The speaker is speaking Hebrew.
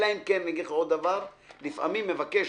אלא אם כן, לפעמים הזוג מביא.